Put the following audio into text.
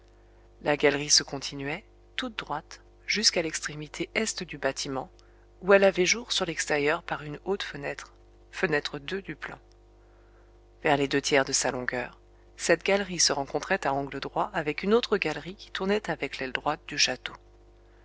la galerie se continuait toute droite jusqu'à l'extrémité est du bâtiment où elle avait jour sur l'extérieur par une haute fenêtre ers les deux tiers de sa longueur cette galerie se rencontrait à angle droit avec une autre galerie qui tournait avec l'aile droite du château